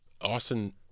Austin